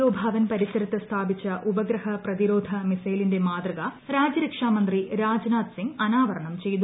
O ഭവൻ പരിസരത്ത് സ്ഥാപിച്ച ഉപഗ്രഹ പ്രതിരോധ മിസൈലിന്റെ മാതൃക രാജൃരക്ഷാ മന്ത്രി രാജ്നാഥ് സിങ് അനാവരണം ചെയ്തു